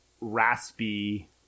raspy